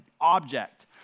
object